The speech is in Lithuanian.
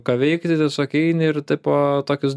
ką veikti tiesiog eini ir taip o tokius